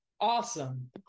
awesome